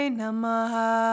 namaha